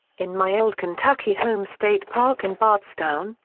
in my old kentucky home state park in bardstown,